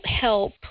help